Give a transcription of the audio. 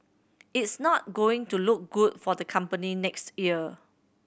it's not going to look good for the company next year